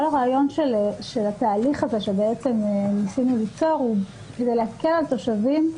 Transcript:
כל הרעיון של התהליך הזה שבעצם ניסינו ליצור הוא כדי להקל על תושבים.